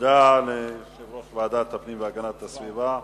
תודה ליושב-ראש ועדת הפנים והגנת הסביבה.